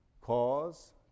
cause